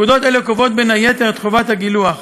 פקודות אלו קובעות, בין היתר, את חובת הגילוח.